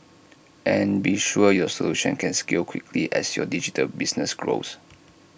and be sure your solution can scale quickly as your digital business grows